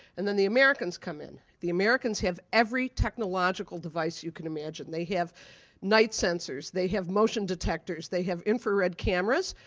and then the americans come in. the americans have every technological device you can imagine. they have night sensors. they have motion detectors. they have infrared cameras.